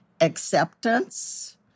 acceptance